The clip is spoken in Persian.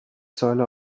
سال